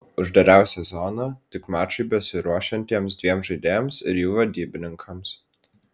uždariausia zona tik mačui besiruošiantiems dviem žaidėjams ir jų vadybininkams